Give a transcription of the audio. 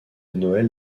noël